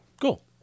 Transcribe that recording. Cool